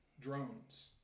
drones